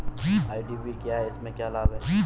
IDV क्या है इसमें क्या लाभ है?